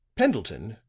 pendleton,